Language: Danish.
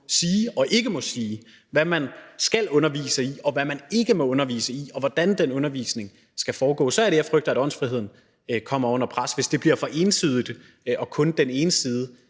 sige og ikke må sige, hvad man skal undervise i, og hvad man ikke må undervise i, og hvordan den undervisning skal foregå. Så er det, jeg frygter, at åndsfriheden kommer under pres – hvis det bliver for ensidigt og kun med den ene side